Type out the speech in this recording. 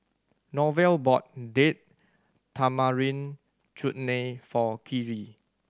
Norval bought Date Tamarind Chutney for Karri